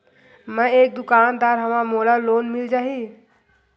मै एक दुकानदार हवय मोला लोन मिल जाही?